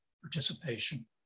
participation